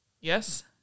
Yes